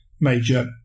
major